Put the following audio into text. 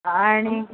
आणि